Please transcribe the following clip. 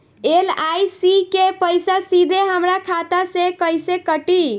LIC के पईसा सीधे हमरा खाता से कइसे कटी?